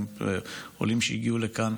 עולים שהגיעו לכאן